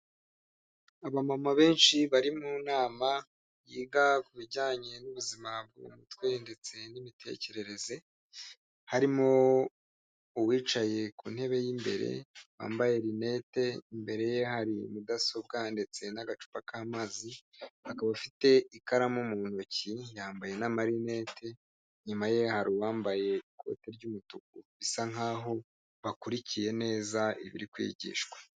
Abamama benshi bari mu nama yiga ku bijyanye n'ubuzima bwo mu mutwe ndetse n'imitekerereze. Harimo uwicaye ku ntebe y'imbere wambaye rinete, imbere ye hari mudasobwa ndetse n'agacupa k'amazi, akaba afite ikaramu mu ntoki yambaye n'amarinete. Inyuma ye hari uwambaye ikote ry'umutuku bisa nkaho bakurikiye neza ibiri kwigishwa.